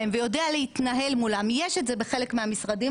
ויודע להתנהל מולם יש את זה בחלק מהמשרדים,